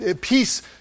peace